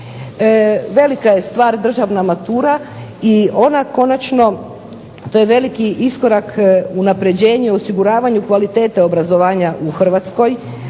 Velika je stvar državna matura i ona konačno to je veliki iskorak unapređenje osiguranju kvalitete obrazovanja u Hrvatskoj,